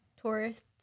Tourists